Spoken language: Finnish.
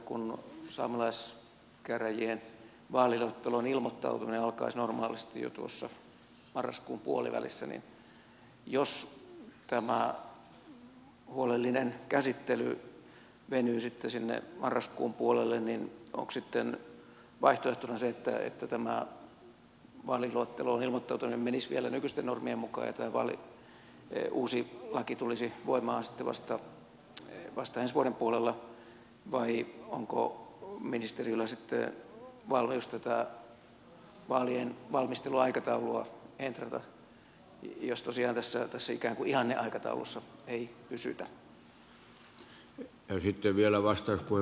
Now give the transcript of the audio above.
kun saamelaiskäräjien vaaliluetteloon ilmoittautuminen alkaisi normaalisti jo marraskuun puolivälissä niin jos tämä huolellinen käsittely venyy sitten sinne marraskuun puolelle onko sitten vaihtoehtona se että tämä vaaliluetteloon ilmoittautuminen menisi vielä nykyisten normien mukaan ja tämä uusi laki tulisi voimaan sitten vasta ensi vuoden puolella vai onko ministeriöllä sitten valmius tätä vaalien valmisteluaikataulua entrata jos tosiaan tässä ikään kuin ihanneaikataulussa ei pysytä